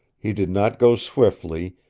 he did not go swiftly,